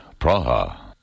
Praha